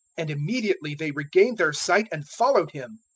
and immediately they regained their sight and followed him.